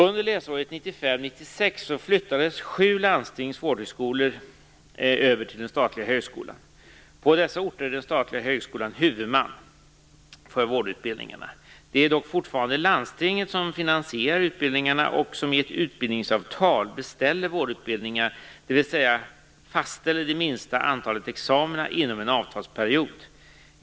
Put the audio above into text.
Under läsåret 1995/96 flyttades sju landstings vårdhögskolor över till den statliga högskolan. På dessa orter är den statliga högskolan huvudman för vårdutbildningarna. Det är dock fortfarande landstinget som finansierar utbildningarna och som i ett utbildningsavtal beställer vårdutbildningar, dvs. fastställer det minsta antalet examina inom en avtalsperiod.